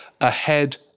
ahead